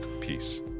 peace